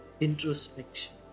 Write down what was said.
introspection